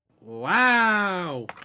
Wow